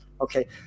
Okay